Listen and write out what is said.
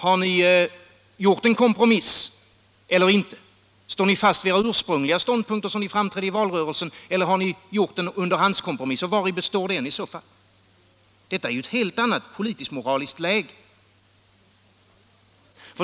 Har ni gjort en kompromiss eller inte? Står ni fast vid era ursprungliga ståndpunkter, som ni framträdde med i valrörelsen, eller har ni gjort en underhandskompromiss, och vari består den i så fall? Detta är ju ett helt annat politiskt-moraliskt läge.